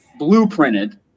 blueprinted